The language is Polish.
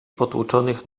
potłuczonych